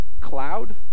cloud